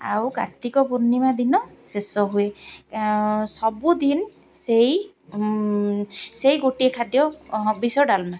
ଆଉ କାର୍ତ୍ତିକ ପୂର୍ଣ୍ଣିମା ଦିନ ଶେଷ ହୁଏ ସବୁଦିନ ସେଇ ସେଇ ଗୋଟିଏ ଖାଦ୍ୟ ହବିଷ ଡାଲମା